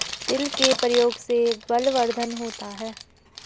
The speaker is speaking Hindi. तिल के प्रयोग से बलवर्धन होता है